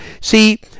See